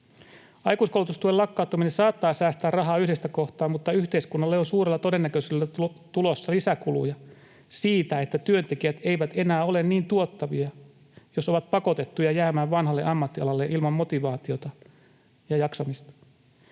Aikuiskoulutustuen lakkauttaminen saattaa säästää rahaa yhdestä kohtaa, mutta yhteiskunnalle on suurella todennäköisyydellä tulossa lisäkuluja siitä, että työntekijät eivät enää ole niin tuottavia, jos ovat pakotettuja jäämään vanhalle ammattialalle ilman motivaatiota ja jaksamista.